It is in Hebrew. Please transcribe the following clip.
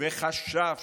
מעולם לא חשבתי,